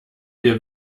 wir